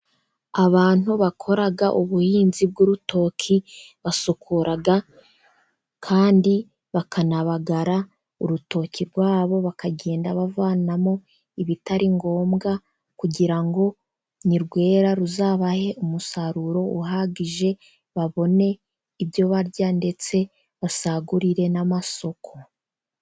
Abantu bakora ubuhinzi bw'urutoki basukura kandi bakanabagara urutoki rwabo. Bakagenda bavanamo ibitari ngombwa, kugira ngo nirwera ruzabahe umusaruro uhagije, babone ibyo barya ndetse basagurire n'amasoko.